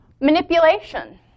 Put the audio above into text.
Manipulation